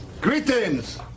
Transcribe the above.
Greetings